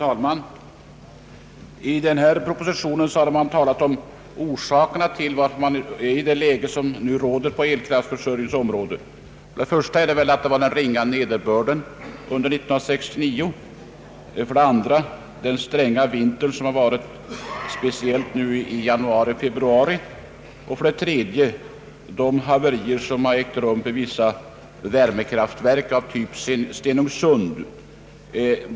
Herr talman! I propositionen redovisas orsakerna till den situation som nu är rådande på elkraftförsörjningens område. För det första är det den ringa nederbörden under 1969, för det andra den stränga vinter som vi nu har upplevt speciellt under januari—februari, och för det tredje är det de haverier som har ägt rum vid vissa värmekraftverk av typ Stenungssund.